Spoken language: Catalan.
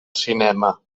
cinema